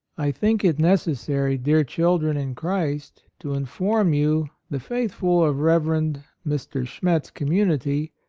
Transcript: i think it necessary, dear children in christ, to inform you, the faithful of reverend mr. schmet's community,